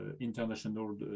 international